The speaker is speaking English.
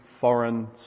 foreign